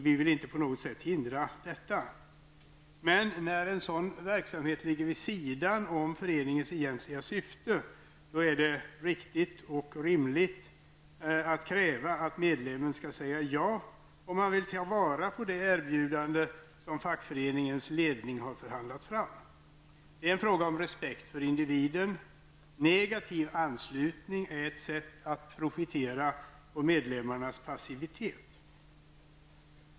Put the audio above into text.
Vi vill inte på något sätt hindra detta. Men när en sådan verksamhet ligger vid sidan av föreningens egentliga syfte är det riktigt och rimligt att kräva att medlemmen skall säga ja om han vill ta vara på det erbjudande som fackföreningens ledning har förhandlat fram. Detta är en fråga om respekt för individen. Negativ anslutning är ett sätt att profitera på medlemmarnas passivitet.